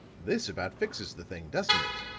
this about fixes the thing, doesn't it?